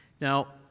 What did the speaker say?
Now